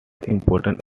important